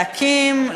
להקים,